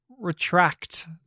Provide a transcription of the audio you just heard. Retract